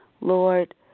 Lord